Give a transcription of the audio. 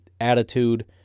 attitude